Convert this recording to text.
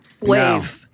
Wave